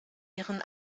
ihren